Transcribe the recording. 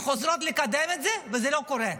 חוזרות לקדם את זה, וזה לא קורה.